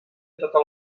totes